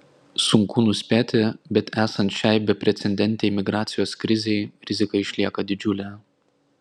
sunku nuspėti bet esant šiai beprecedentei migracijos krizei rizika išlieka didžiulė